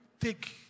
Take